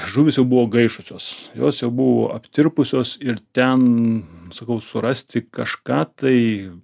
žuvys jau buvo gaišusios jos jau buvo aptirpusios ir ten sakau surasti kažką tai